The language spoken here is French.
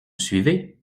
suivez